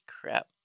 crap